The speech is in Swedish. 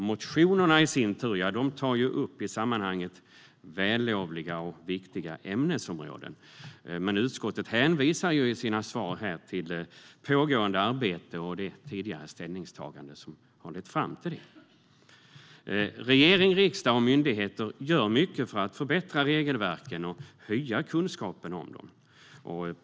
Motionerna tar upp i sammanhanget vällovliga och viktiga ämnesområden, men utskottet hänvisar ju i sina svar här till ett pågående arbete och det tidigare ställningstagande som lett fram till det. Regering, riksdag och myndigheter gör mycket för att förbättra regelverken och höja kunskapen om dem.